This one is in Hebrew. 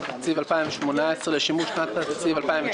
התקציב 2018 לשימוש בשנת התקציב 2019,